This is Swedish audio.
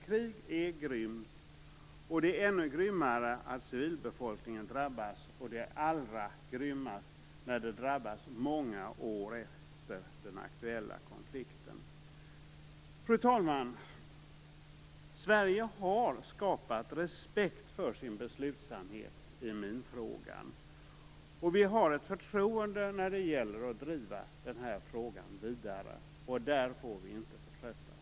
Krig är grymt, det är ännu grymmare att civilbefolkningen drabbas, och det är allra grymmast när det drabbar så många år efter den aktuella konflikten. Fru talman! Sverige har skapat respekt för sin beslutsamhet i minfrågan och vi har ett förtroende när det gäller att driva frågan vidare. Där får vi inte förtröttas.